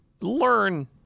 learn